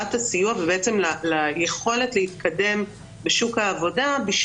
לקבלת הסיוע, ובעצם ליכולת להתקדם בשוק העבודה,